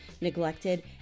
neglected